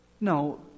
No